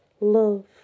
love